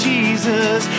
Jesus